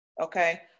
Okay